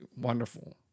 wonderful